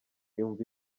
yumva